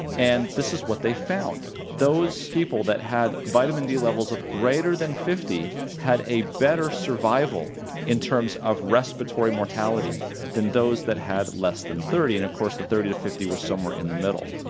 and this is what they found those people that had vitamin d levels of greater than fifty had a better survival in terms of respiratory mortality than those that had less than thirty, and of course the thirty to fifty were somewhere in the middle,